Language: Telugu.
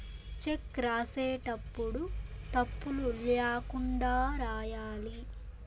చెక్ రాసేటప్పుడు తప్పులు ల్యాకుండా రాయాలి